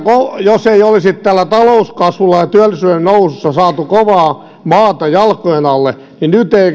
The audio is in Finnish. jos ei olisi tällä talouskasvulla ja työllisyyden nousulla saatu kovaa maata jalkojen alle niin nyt ei